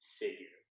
figure